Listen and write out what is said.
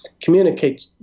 communicate